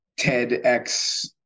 TEDx